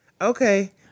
Okay